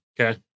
Okay